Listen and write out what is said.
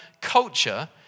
culture